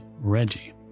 Reggie